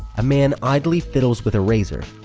a man idly fiddles with a razor,